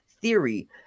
theory